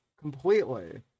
Completely